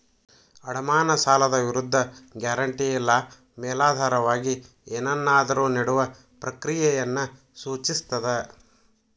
ಅಡಮಾನ ಸಾಲದ ವಿರುದ್ಧ ಗ್ಯಾರಂಟಿ ಇಲ್ಲಾ ಮೇಲಾಧಾರವಾಗಿ ಏನನ್ನಾದ್ರು ನೇಡುವ ಪ್ರಕ್ರಿಯೆಯನ್ನ ಸೂಚಿಸ್ತದ